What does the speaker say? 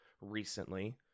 recently